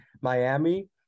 miami